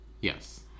Yes